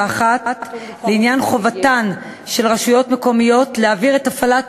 לעניין חובתן של רשויות מקומיות להעביר את הפעלת